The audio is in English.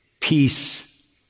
peace